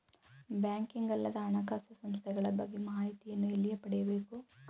Banking ಅಲ್ಲದ ಹಣಕಾಸು ಸಂಸ್ಥೆಗಳ ಬಗ್ಗೆ ಮಾಹಿತಿಯನ್ನು ಎಲ್ಲಿ ಪಡೆಯಬೇಕು?